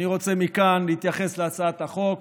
אני רוצה מכאן להתייחס להצעת החוק.